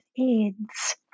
AIDS